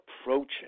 approaching